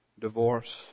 divorce